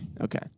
Okay